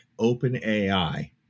OpenAI